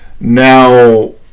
Now